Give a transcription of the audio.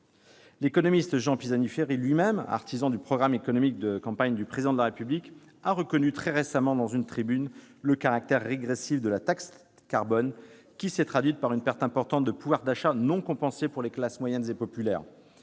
L'économiste Jean Pisani-Ferry lui-même, artisan du programme économique de campagne du Président de la République, a reconnu très récemment dans une tribune le caractère régressif de la taxe carbone, qui s'est traduite par une perte importante de pouvoir d'achat, non compensée pour les classes moyennes et populaires.